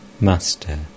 Master